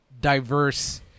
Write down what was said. diverse